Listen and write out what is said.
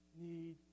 need